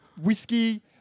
Whiskey